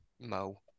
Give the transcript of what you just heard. Mo